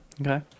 Okay